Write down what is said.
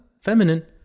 feminine